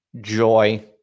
joy